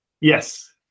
Yes